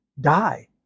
die